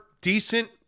decent